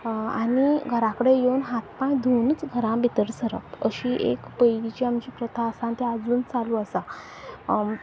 आनी घरा कडे येवन हात पांय धुवनूच घरा भितर सरप अशी एक पयलीं जी आमची प्रथा आसा ती आजून चालू आसा